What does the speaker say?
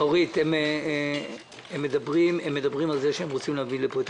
אורית, הם מדברים על זה שהם רוצים להביא לפה את